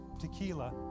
tequila